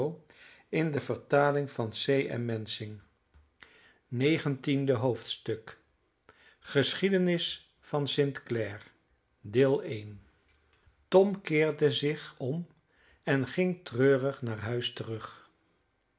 negentiende hoofdstuk geschiedenis van st clare tom keerde zich om en ging treurig naar huis terug